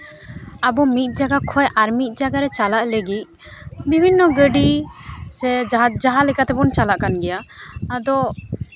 ᱟᱵᱚ ᱢᱤᱫ ᱡᱟᱭᱜᱟ ᱠᱷᱚᱱ ᱟᱨ ᱢᱤᱫ ᱡᱟᱭᱜᱟ ᱨᱮ ᱪᱟᱞᱟᱜ ᱞᱟᱹᱜᱤᱫ ᱵᱤᱵᱷᱤᱱᱱᱚ ᱜᱟᱹᱰᱤ ᱥᱮ ᱡᱟᱦᱟᱸ ᱞᱮᱠᱟ ᱛᱮᱵᱚᱱ ᱪᱟᱞᱟᱜ ᱠᱟᱱ ᱜᱮᱭᱟ ᱟᱫᱚ